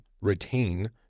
retain